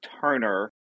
Turner